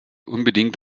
unbedingt